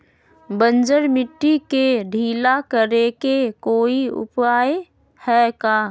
बंजर मिट्टी के ढीला करेके कोई उपाय है का?